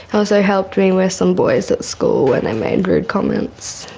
also helped me with some boys at school when they made rude comments,